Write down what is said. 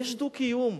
יש דו-קיום.